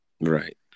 Right